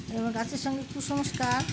এবং গাছের সঙ্গে কুসংস্কার